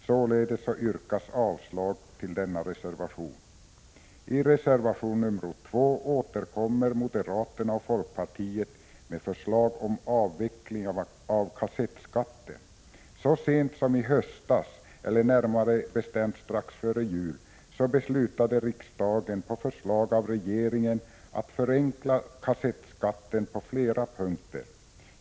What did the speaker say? Således yrkas avslag på denna reservation. Så sent som strax före jul i fjol beslutade riksdagen på förslag av regeringen att förenkla kassettskatten på flera punkter.